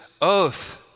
oath